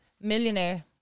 Millionaire